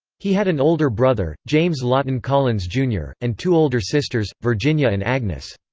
he had an older brother, james lawton collins jr, and two older sisters, virginia and agnes.